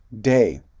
day